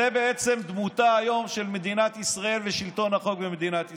זו בעצם דמותה היום של מדינת ישראל ושלטון החוק במדינת ישראל.